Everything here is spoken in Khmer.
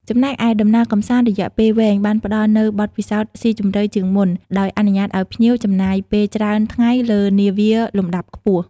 ចំណែកឯ ដំណើរកម្សាន្តរយៈពេលវែង បានផ្តល់នូវបទពិសោធន៍ស៊ីជម្រៅជាងមុន ដោយអនុញ្ញាតឲ្យភ្ញៀវចំណាយពេលច្រើនថ្ងៃលើនាវាលំដាប់ខ្ពស់។